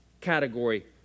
category